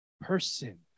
person